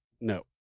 No